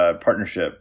partnership